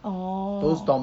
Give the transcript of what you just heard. orh